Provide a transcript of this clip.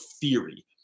theory